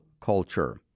culture